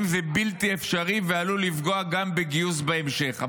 זה בלתי אפשרי ועלול לפגוע גם בגיוס בהמשך.